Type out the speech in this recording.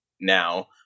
now